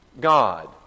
God